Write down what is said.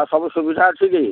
ଆଉ ସବୁ ସୁବିଧା ଅଛି କି